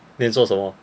你做什么